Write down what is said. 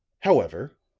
however,